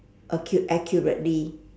acu~ accurately